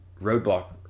roadblock